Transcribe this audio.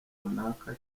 runaka